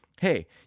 hey